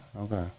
okay